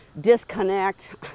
disconnect